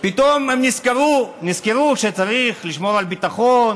פתאום הם נזכרו, נזכרו שצריך לשמור על ביטחון.